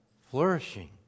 flourishing